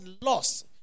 loss